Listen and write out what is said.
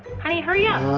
honey hurry up.